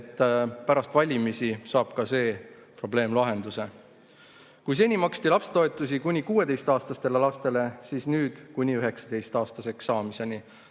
et pärast valimisi saab ka see probleem lahenduse. Kui seni maksti lapsetoetusi kuni 16‑aastastele lastele, siis nüüd makstakse kuni lapse 19‑aastaseks saamiseni.